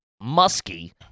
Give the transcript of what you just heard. musky